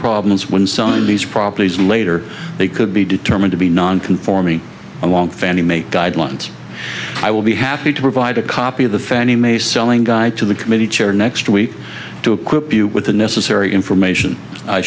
problems when sunday's properties later they could be determined to be non conforming along fannie mae guidelines i will be happy to provide a copy of the fannie mae selling guide to the committee chair next week to equip you with the necessary information i